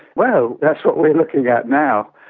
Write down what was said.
well, that's what we're looking at now.